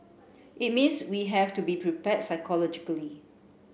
it means we have to be prepared psychologically